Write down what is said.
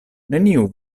neniu